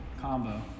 combo